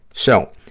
so,